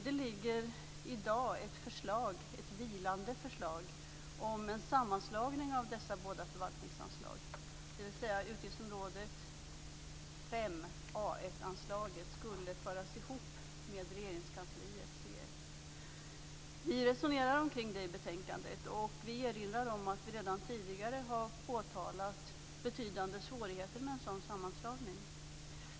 Det ligger i dag ett vilande förslag om en sammanslagning av dessa båda förvaltningsanslag, dvs. utgiftsområde 5, A1-anslaget, skulle föras ihop med Regeringskansliet, C1. Vi resonerar kring det i betänkandet. Vi erinrar om att vi redan tidigare har påtalat betydande svårigheter med en sådan sammanslagning.